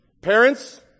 Parents